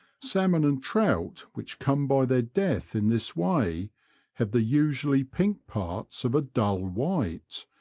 salmon and trout which come by their death in this way have the usually pink parts of a dull white,